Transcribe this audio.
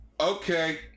okay